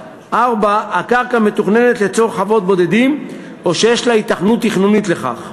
4. הקרקע מתוכננת לצורך חוות בודדים או שיש לה היתכנות תכנונית לכך.